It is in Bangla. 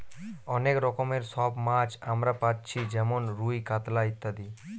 অনেক রকমের সব মাছ আমরা পাচ্ছি যেমন রুই, কাতলা ইত্যাদি